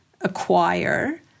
acquire